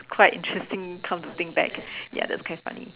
quite interesting come to think back ya that's quite funny